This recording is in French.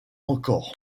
encore